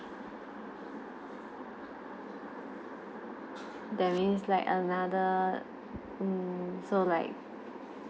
that means like another mm so like